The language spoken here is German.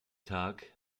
tag